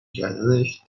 کردنش